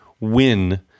win